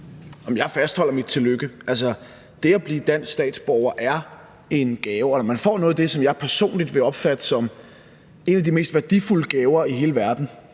jeg fastholder mit tillykke. Det at blive dansk statsborger er en gave, og når man får noget af det, som jeg personligt vil opfatte som en af de mest værdifulde gaver i hele verden,